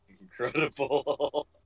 incredible